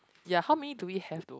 ya how many do we have to